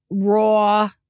raw